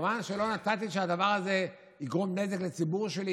כמובן שלא נתתי שהדבר הזה יגרום נזק לציבור שלי,